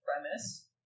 premise